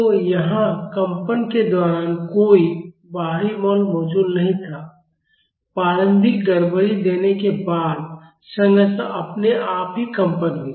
तो यहां कंपन के दौरान कोई बाहरी बल मौजूद नहीं था प्रारंभिक गड़बड़ी देने के बाद संरचना अपने आप ही कंपन हुई